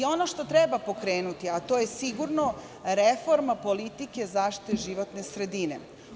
Ono što treba pokrenuti to je sigurno reforma politike zaštite životne sredine.